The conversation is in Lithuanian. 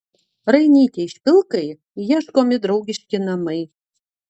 rainytei špilkai ieškomi draugiški namai